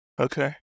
Okay